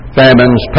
famines